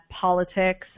politics